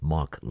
Mark